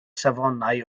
safonau